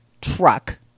truck